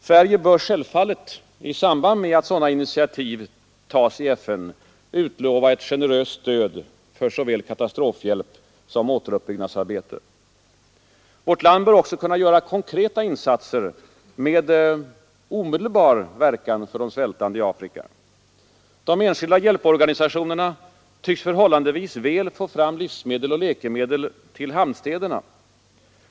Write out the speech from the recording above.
Sverige bör självfallet i samband med att sådana initiativ tas i FN utlova ett generöst stöd för såväl katastrofhjälp som återuppbyggnadsarbete. Vårt land bör också kunna göra konkreta insatser med omedelbar verkan för de svältande i Afrika. De enskilda hjälporganisationerna tycks förhållandevis väl få fram livsmedel och läkemedel till hamnstäderna.